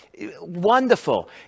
Wonderful